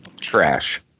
trash